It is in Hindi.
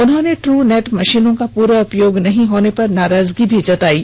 उन्होंने ट्रूनेट मषीनों का प्ररा उपयोग नहीं होने पर नाराजगी भी जतायी